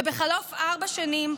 ובחלוף ארבע שנים,